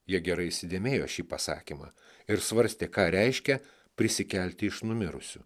jie gerai įsidėmėjo šį pasakymą ir svarstė ką reiškia prisikelti iš numirusių